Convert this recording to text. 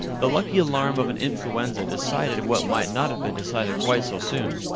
the lucky alarm of an influenza decided what might not have been decided quite so soon.